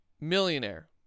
millionaire